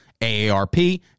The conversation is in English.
AARP